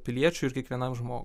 piliečiui ir kiekvienam žmogui